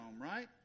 right